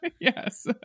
Yes